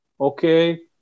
okay